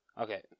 Okay